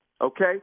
okay